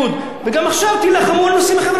וגם עכשיו, תילחמו על נושאים חברתיים.